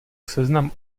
seznam